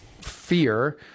fear